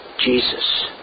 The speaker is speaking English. Jesus